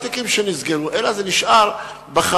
אדוני השר, זה נשמע הרבה.